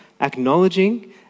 acknowledging